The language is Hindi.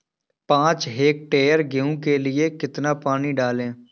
पाँच हेक्टेयर गेहूँ की फसल में कितना पानी डालें?